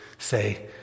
Say